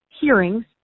hearings